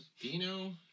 Dino